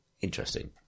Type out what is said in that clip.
interesting